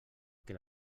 que